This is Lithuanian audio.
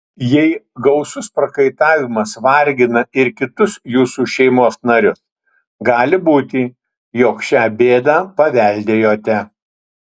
jei gausus prakaitavimas vargina ir kitus jūsų šeimos narius gali būti jog šią bėdą paveldėjote